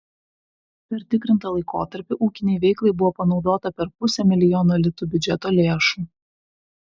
per tikrintą laikotarpį ūkinei veiklai buvo panaudota per pusę milijono litų biudžeto lėšų